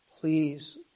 Please